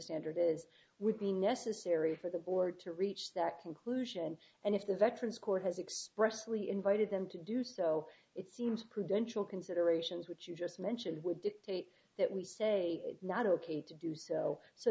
standard is would be necessary for the board to reach that conclusion and if the veterans court has expressly invited them to do so it seems prudential considerations which you just mentioned would dictate that we say not ok to do so so